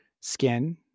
skin